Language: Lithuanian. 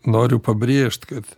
noriu pabrėžt kad